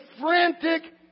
frantic